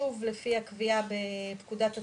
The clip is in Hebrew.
שוב לפי הקביעה בפקודת התעבורה,